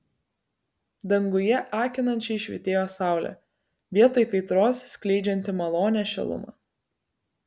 danguje akinančiai švytėjo saulė vietoj kaitros skleidžianti malonią šilumą